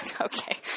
Okay